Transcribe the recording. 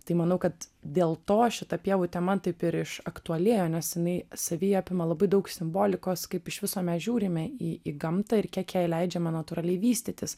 tai manau kad dėl to šita pievų tema taip ir išaktualėjo nes jinai savy apima labai daug simbolikos kaip iš viso mes žiūrime į į gamtą ir kiek jai leidžiama natūraliai vystytis